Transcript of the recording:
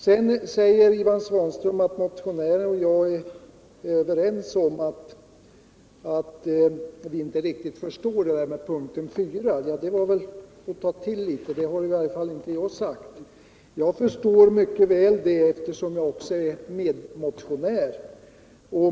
Sedan säger Ivan Svanström: Motionären och jag är överens om att vi inte riktigt förstår detta med punkten 4. Det var väl att ta till väl mycket. I varje fall har jag inte sagt det. Jag förstår detta mycket väl eftersom jag är medmotionär.